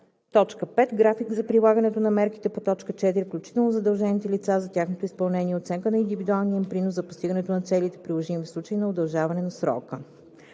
1; 5. график за прилагането на мерките по т. 4, включително задължените лица за тяхното изпълнение, и оценка на индивидуалния им принос за постигането на целите, приложими в случай на удължаване на срока;